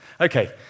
Okay